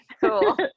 cool